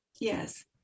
Yes